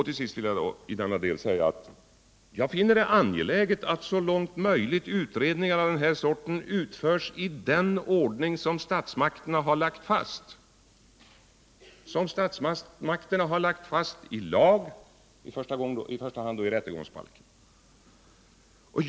Till sist vill jag i denna del säga att jag finner det angeläget att så långt det är möjligt utredningar av den här sorten utförs i den ordning som statsmakterna har lagt fast i lag, i första hand i rättegångsbalken.